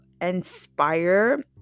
inspire